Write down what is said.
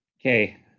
Okay